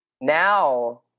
Now